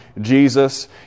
Jesus